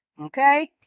Okay